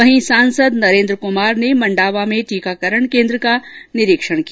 वहीं सांसद नरेन्द्र क्मार ने मंडावा में टीकाकरण केन्द्र का निरीक्षण किया